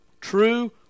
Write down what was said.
True